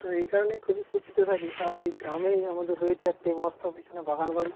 তো এই কারণে খুবই খুশিতে থাকি আর ওই গ্রামেই আমাদের রয়েছে একটি মস্ত বিশাল বাগানবাড়ি